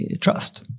trust